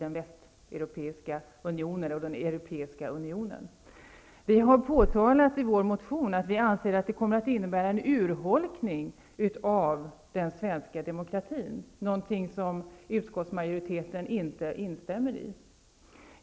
Vi har i vår motion påtalat att vi anser att det kommer att innebära en urholkning av den svenska demokratin, vilket utskottsmajoriteten inte instämmer i.